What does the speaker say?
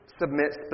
submit